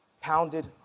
pounded